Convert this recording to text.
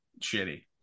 shitty